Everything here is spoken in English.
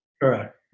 Correct